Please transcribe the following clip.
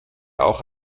auch